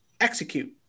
execute